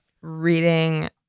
reading